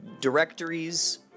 directories